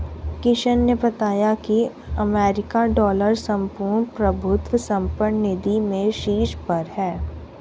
किशन ने बताया की अमेरिकी डॉलर संपूर्ण प्रभुत्व संपन्न निधि में शीर्ष पर है